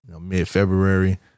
mid-February